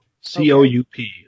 C-O-U-P